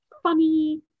funny